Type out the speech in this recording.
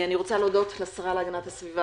אני רוצה להודות לשרה להגנת הסביבה,